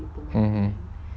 mmhmm